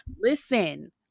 listen